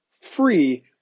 free